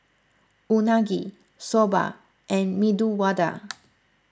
Unagi Soba and Medu Vada